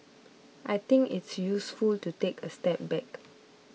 I think it's useful to take a step back